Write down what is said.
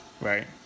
right